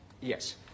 Yes